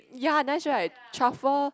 ya nice right truffle